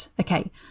Okay